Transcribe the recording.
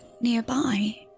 nearby